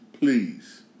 Please